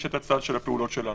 יש את הצד של הפעולות שלנו.